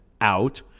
out